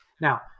Now